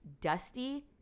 dusty